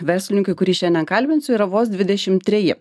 verslininkui kurį šiandien kalbinsiu yra vos dvidešimt treji